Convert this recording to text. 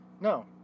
No